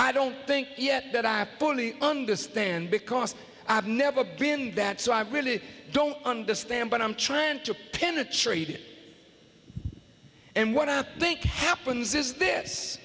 i don't think yet that i fully understand because i've never been that so i really don't understand but i'm trying to penetrate it and what i think happens is this